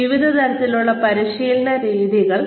അതിനാൽ വിവിധ തരത്തിലുള്ള പരിശീലന രീതികൾ